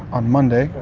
on monday,